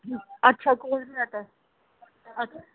اچھا کولڈ بھی رہتا ہے اچھا